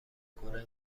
کره